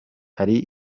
hari